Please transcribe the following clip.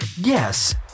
yes